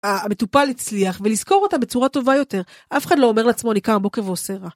המטופל הצליח, ולזכור אותה בצורה טובה יותר. אף אחד לא אומר לעצמו, אני קם בבוקר ועושה רע.